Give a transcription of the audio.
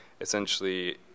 essentially